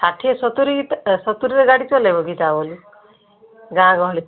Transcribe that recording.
ଷାଠିଏ ସତୁରୀ ତ ସତୁରୀରେ ଗାଡ଼ି ଚଲେଇବ କି ତା' ବୋଲି ଗାଁ ଗହଳି